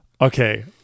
okay